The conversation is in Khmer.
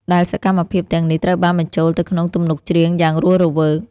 ដែលសកម្មភាពទាំងនេះត្រូវបានបញ្ចូលទៅក្នុងទំនុកច្រៀងយ៉ាងរស់រវើក។